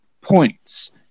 points